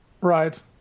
right